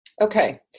Okay